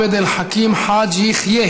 חבר הכנסת עבד אל חכים חאג' יחיא,